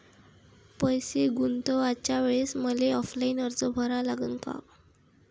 पैसे गुंतवाच्या वेळेसं मले ऑफलाईन अर्ज भरा लागन का?